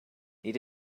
need